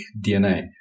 DNA